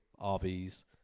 RVs